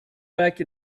back